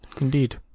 Indeed